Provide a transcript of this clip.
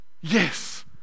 Yes